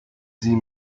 sie